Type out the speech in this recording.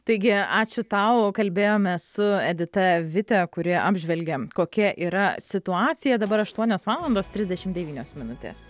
taigi ačiū tau kalbėjome su edita vite kuri apžvelgė kokia yra situacija dabar aštuonios valandos trisdešim devynios minutės